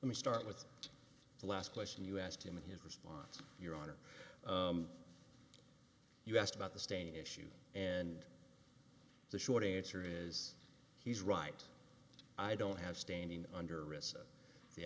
let me start with the last question you asked him and his response your honor you asked about the stain issue and the short answer is he's right i don't have standing under re